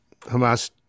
Hamas